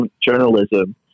journalism